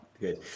good